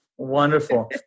Wonderful